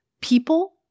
people